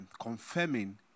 confirming